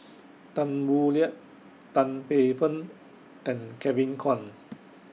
Tan Boo Liat Tan Paey Fern and Kevin Kwan